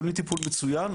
מקבלים טיפול מצוין,